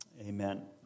Amen